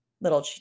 little